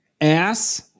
Ass